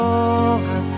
over